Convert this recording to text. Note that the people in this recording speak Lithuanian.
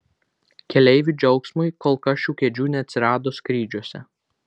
keleivių džiaugsmui kol kas šių kėdžių neatsirado skrydžiuose